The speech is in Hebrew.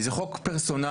זה חוק פרסונלי,